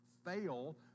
Fail